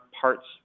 parts